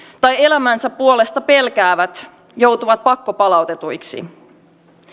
tai elämänsä puolesta pelkäävät joutuvat pakkopalautetuiksi